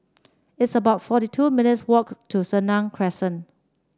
it's about forty two minutes' walk to Senang Crescent